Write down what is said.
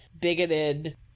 bigoted